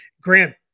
Grant